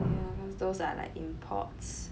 yeah those are like imports